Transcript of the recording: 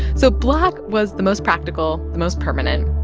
so black was the most practical, the most permanent.